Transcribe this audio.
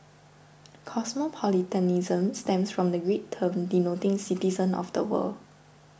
cosmopolitanism stems from the Greek term denoting citizen of the world